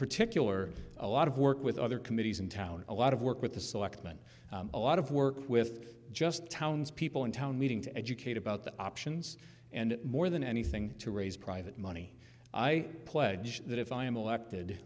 particular a lot of work with other committees in town a lot of work with the selectmen a lot of work with just townspeople in town meeting to educate about the options and more than anything to raise private money i pledge that if i am elected